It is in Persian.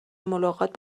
ملاقات